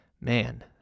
man